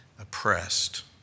oppressed